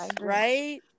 right